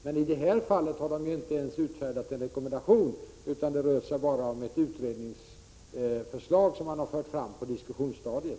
Men i detta fall har rådet inte ens utfärdat rekommendation. Det rör sig om utredningsförslag som man fört fram på diskussionsstadiet.